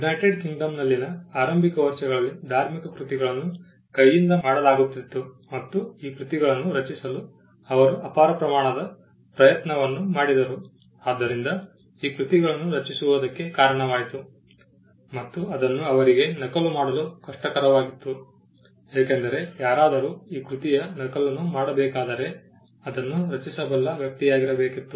United ಕಿಂಗ್ಡಂನಲ್ಲಿನ ಆರಂಭಿಕ ವರ್ಷಗಳಲ್ಲಿ ಧಾರ್ಮಿಕ ಕೃತಿಗಳನ್ನು ಕೈಯಿಂದ ಮಾಡಲಾಗುತ್ತಿತ್ತು ಮತ್ತು ಈ ಕೃತಿಗಳನ್ನು ರಚಿಸಲು ಅವರು ಅಪಾರ ಪ್ರಮಾಣದ ಪ್ರಯತ್ನವನ್ನು ಮಾಡಿದರು ಆದ್ದರಿಂದ ಈ ಕೃತಿಗಳನ್ನು ರಚಿಸುವುದಕ್ಕೆ ಕಾರಣವಾಯಿತು ಮತ್ತು ಅದನ್ನು ಅವರಿಗೆ ನಕಲು ಮಾಡಲು ಕಷ್ಟಕರವಾಗಿತ್ತು ಏಕೆಂದರೆ ಯಾರಾದರೂ ಈ ಕೃತಿಯ ನಕಲನ್ನು ಮಾಡಬೇಕಾದರೆ ಅದನ್ನು ರಚಿಸಬಲ್ಲ ವ್ಯಕ್ತಿಯಾಗಿರಬೇಕಿತ್ತು